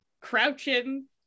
crouching